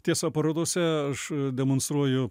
tiesa parodose aš demonstruoju